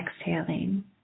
exhaling